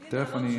הינה,